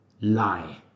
Lie